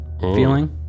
feeling